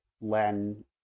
Len